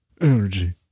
energy